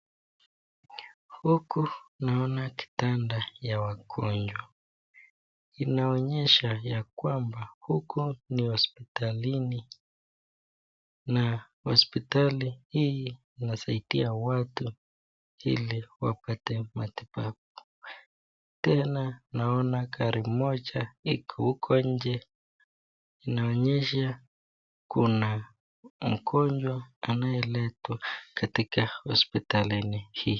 Huku naona kitanda ya wagonjwa, inaonyesha kwamba huku ni hosipitalini na hosipitali hii inasaidia watu ili wapate matibabu. Tena naona gari moja iko huko nje inaonyesha kuna mgonjwa anaye letwa katika hosipitalini hii.